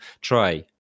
try